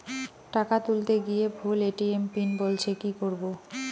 টাকা তুলতে গিয়ে ভুল এ.টি.এম পিন বলছে কি করবো?